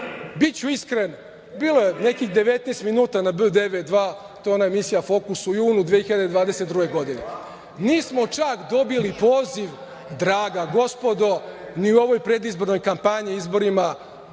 Biću iskren, bilo je nekih 19 minuta na B 92. To je ona emisija „Fokus“ u julu 2022. godine. Nismo čak dobili poziv, draga gospodo, ni u ovoj predizbornoj kampanji u izborima